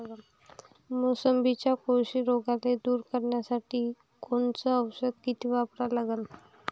मोसंबीवरच्या कोळशी रोगाले दूर करासाठी कोनचं औषध किती वापरा लागन?